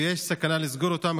ויש סכנה לסגור אותן,